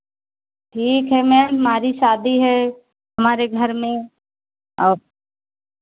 ठीक है मैम हमारी शादी है हमारे घर में और